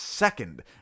Second